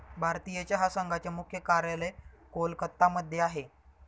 भारतीय चहा संघाचे मुख्य कार्यालय कोलकत्ता मध्ये आहे